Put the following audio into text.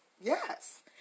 yes